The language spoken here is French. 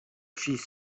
fils